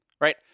right